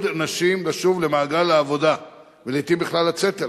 נשים לשוב למעגל העבודה ולעתים בכלל לצאת אליו.